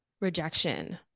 rejection